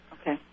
Okay